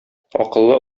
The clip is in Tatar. акыллы